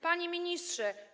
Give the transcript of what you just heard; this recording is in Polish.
Panie Ministrze!